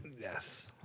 Yes